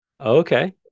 Okay